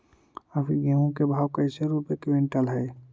अभी गेहूं के भाव कैसे रूपये क्विंटल हई?